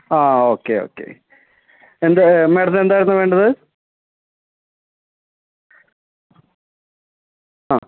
ആ okay okay എന്ത് മാഡത്തിന് എന്തായിരുന്നു വേണ്ടത് ആ